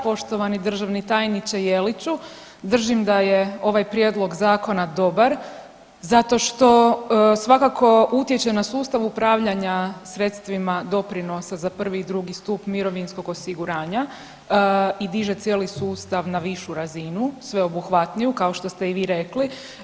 Poštovani državni tajniče Jeliću, držim da je ovaj prijedlog zakona dobar zato što svakako utječe na sustav upravljanja sredstvima doprinosa za prvi i drugi stup mirovinskog osiguranja i diže cijeli sustav na višu razinu sveobuhvatniju kao što ste i vi rekli.